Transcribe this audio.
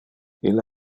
ille